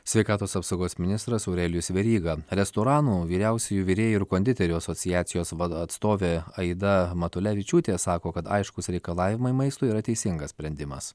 sveikatos apsaugos ministras aurelijus veryga restoranų vyriausiųjų virėjų ir konditerių asociacijos vado atstovė aida matulevičiūtė sako kad aiškūs reikalavimai maistui yra teisingas sprendimas